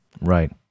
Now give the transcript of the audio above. Right